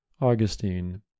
Augustine